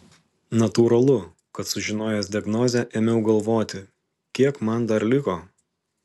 natūralu kad sužinojęs diagnozę ėmiau galvoti kiek man dar liko